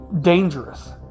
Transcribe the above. dangerous